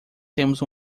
temos